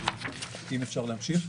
אם אפשר להמשיך.